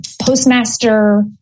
postmaster